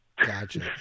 Gotcha